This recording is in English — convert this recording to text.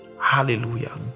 hallelujah